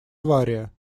авария